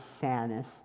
sadness